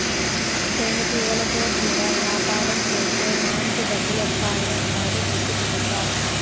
తేనెటీగలతో కూడా యాపారం సేత్తే మాంచి డబ్బులొత్తాయ్ అన్నారు నీకు తెలుసా?